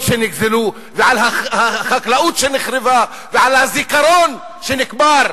שנגזלו ועל החקלאות שנחרבה ועל הזיכרון שנקבר.